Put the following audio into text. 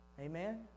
Amen